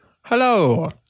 Hello